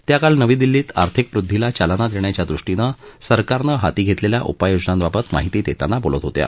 त्या काल नवी दिल्लीत आर्थिक वृद्धीला चालना देण्याच्या दृष्टीनं सरकारनं हाती घेतलेल्या उपाययोजनांबाबत माहिती देताना बोलत होत्या